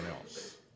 else